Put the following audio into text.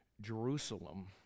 Jerusalem